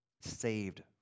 saved